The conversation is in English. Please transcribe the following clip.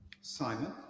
Simon